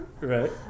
Right